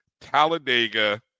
Talladega